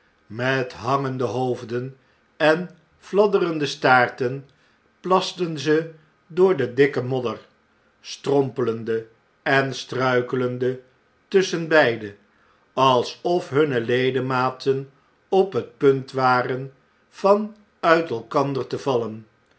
met hangende hoofden eniiadderende staarten plasten ze door de dikke modder strompelende en struikelende tusschenbeide alsof hunne ledematen op het punt waren van uit elkander te vallen